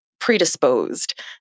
predisposed